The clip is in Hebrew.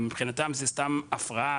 ומבחינתם זו סתם הפרעה,